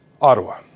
Ottawa